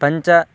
पञ्च